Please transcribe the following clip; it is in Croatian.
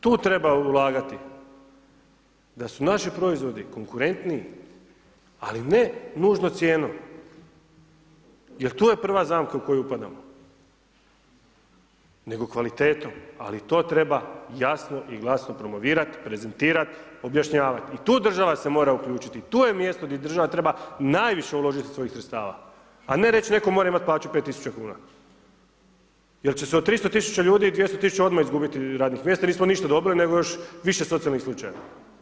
Tu treba ulagati, da su naši proizvodi konkurentniji, ali ne nužno cijenu jel to je prva zamka u koju upadamo, nego kvalitetom, ali to treba jasno i glasno promovirati, prezentirati, objašnjavati i tu država se mora uključiti, tu je mjesto gdje država treba najviše uložiti svojih sredstava, a ne reći netko mora imati plaću 5.000,00 kn, jel će se 300 000 ljudi, 200 000 odmah izgubiti radnih mjesta jel nismo ništa dobili, nego još više socijalnih slučajeva.